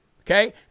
okay